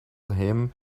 him